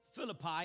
Philippi